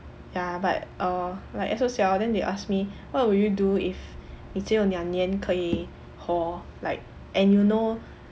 ya but err like S_O_C_L then they ask me what would you do if 你只有两年可以活 like and you know